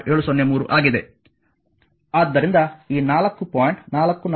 703 ಆಗಿದೆ ಆದ್ದರಿಂದ ಈ 4